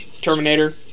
Terminator